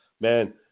Man